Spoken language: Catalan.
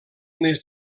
més